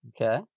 Okay